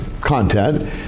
content